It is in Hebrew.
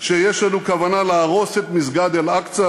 שיש לנו כוונה להרוס את מסגד אל-אקצא